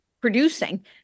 producing